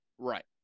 Right